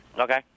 Okay